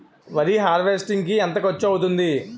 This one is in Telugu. వరి హార్వెస్టింగ్ కి ఎంత ఖర్చు అవుతుంది?